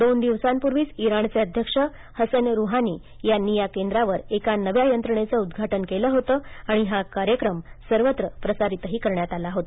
दोन दिवसांपूर्वीच इराणचे अध्यक्ष हसन रुहानी यांनी या केंद्रावर एका नव्या यंत्रणेचं उद्घाटन केलं होतं आणि हा कार्यक्रम सर्वत्र प्रसारितही करण्यात आला होता